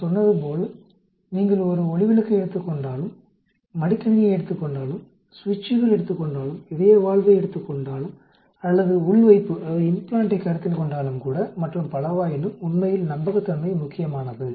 நான் சொன்னது போல் நீங்கள் ஒரு ஒளி விளக்கை எடுத்துக் கொண்டாலும் மடிக்கணினியை எடுத்துக் கொண்டாலும் சுவிட்சுகள் எடுத்துக் கொண்டாலும் இதய வால்வை எடுத்துக் கொண்டாலும் அல்லது உள்வைப்பைக் கருத்தில் கொண்டாலும்கூட மற்றும் பலவாயினும் உண்மையில் நம்பகத்தன்மை முக்கியமானது